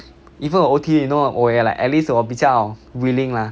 even 我 O_T you know 我也 like at least 我比较 willing lah